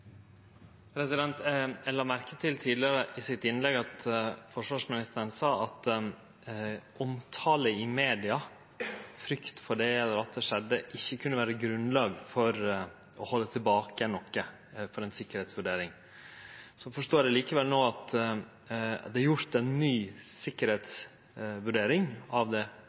la merke til at forsvarsministeren tidlegare, i innlegget sitt, sa at omtale i media – frykt for det, eller at det skjedde – ikkje kunne vere grunnlag for å halde tilbake noko for ei sikkerheitsvurdering. Så forstår eg no at det likevel er gjort ei ny sikkerheitsvurdering av samandraget til Forsvarsdepartementet. Er det